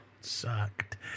sucked